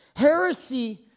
Heresy